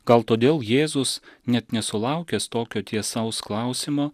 gal todėl jėzus net nesulaukęs tokio tiesaus klausimo